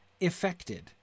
affected